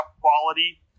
quality